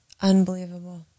Unbelievable